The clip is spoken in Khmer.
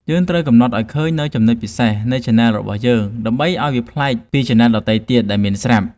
យើងត្រូវកំណត់ឱ្យឃើញនូវ ចំណុចពិសេស នៃឆានែលរបស់យើង ដើម្បីឱ្យវាខុសប្លែកពីឆានែលដទៃទៀតដែលមានស្រាប់។